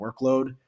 workload